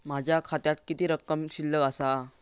माझ्या खात्यात किती रक्कम शिल्लक आसा?